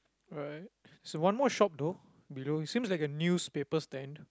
right so one more shop though below seems like a newspaper stand